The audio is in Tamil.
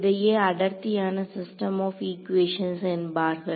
இதையே அடர்த்தியான சிஸ்டம் ஆப் ஈக்குவேஷன்ஸ் என்பார்கள்